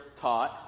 taught